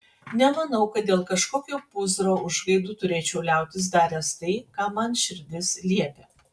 nemanau kad dėl kažkokio pūzro užgaidų turėčiau liautis daręs tai ką man širdis liepia